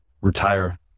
retire